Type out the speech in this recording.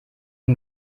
den